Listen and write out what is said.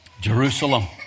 Jerusalem